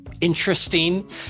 interesting